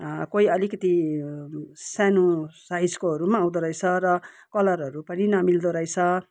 कोही अलिकति सानो साइजकोहरू पनि आउँदो रहेछ र कलरहरू पनि नमिल्दो रहेछ